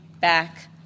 back